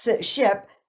ship